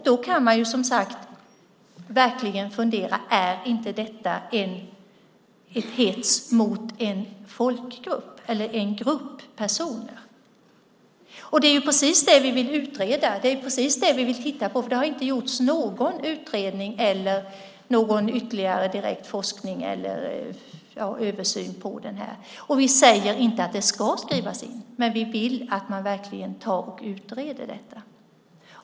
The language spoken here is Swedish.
Då kan man, som sagt, verkligen fundera över om detta inte är hets mot en folkgrupp eller en grupp personer. Det är precis det vi vill utreda. Det är precis det vi vill titta på, för det har inte gjorts någon utredning eller någon ytterligare direkt forskning eller översyn av det här. Vi säger inte att det ska skrivas in, men vi vill att man verkligen utreder detta.